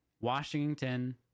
Washington